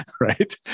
right